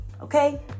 Okay